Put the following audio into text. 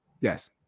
yes